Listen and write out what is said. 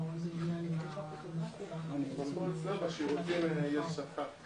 אני רוצה להפנות שאלה למשרד המשפטים.